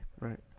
Right